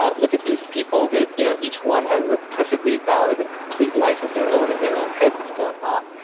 ah look at these people. you know each one has a perfectly valid and complete life of their own in their own heads that's going on.